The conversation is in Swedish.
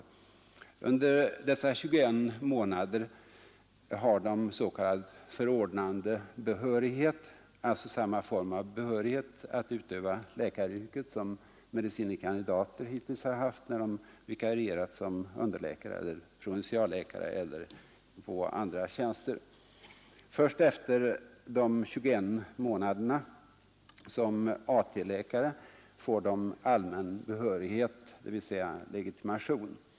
Under dessa 21 månader har de s.k. förordnandebehörighet, alltså samma form av behörighet att utöva läkaryrket som medicine kandidater hittills har haft när de vikarierat som underläkare eller provinsialläkare eller på andra tjänster. Först efter de 21 månaderna som AT-läkare får de allmän behörighet, dvs. legitimation.